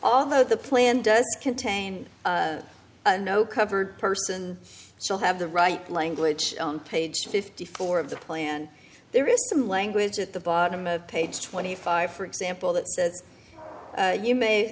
although the plan does contain no covered person still have the right language on page fifty four of the plan there is some language at the bottom of page twenty five for example that says you may